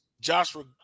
Joshua